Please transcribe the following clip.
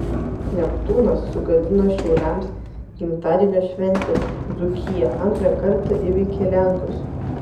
neptūnas sugadino šiauliams gimtadienio šventę dzūkija antrą kartą įveikė lenkus